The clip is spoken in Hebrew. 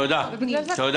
כשהתחלתי